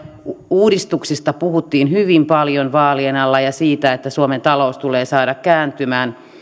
uudistuksista puhuttiin hyvin paljon vaalien alla ja siitä että suomen talous tulee saada kääntymään